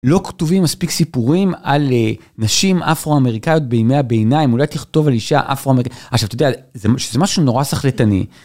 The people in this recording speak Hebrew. לא כתובים מספיק סיפורים על נשים אפרו אמריקאיות בימי הביניים אולי תכתוב על אישה אפרו אמריקאית עכשיו אתה יודע זה משהו נורא שכלתני.